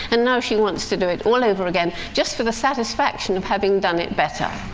and now she wants to do it all over again, just for the satisfaction of having done it better.